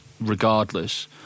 regardless